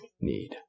need